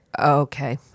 Okay